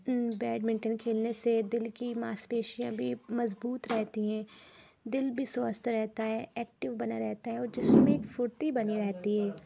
badminton کھیلنے سے دل کی ماس پیشیاں بھی مضبوط رہتی ہیں دل بھی سوستھ رہتا ہے ایکٹو بنا رہتا ہے اور جسم میں ایک پھرتی بنی رہتی ہے